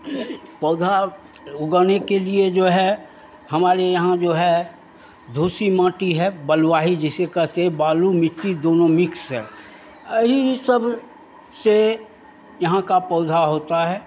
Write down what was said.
पौधा उगाने के लिए जो है हमारे यहाँ जो है धूसी माटी है बलुआही जिसे कहते हैं बालू मिट्टी दोनों मिक्स है यही सब से यहाँ का पौधा होता है